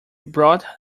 brought